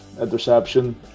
interception